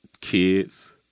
kids